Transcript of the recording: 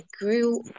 grew